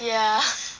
ya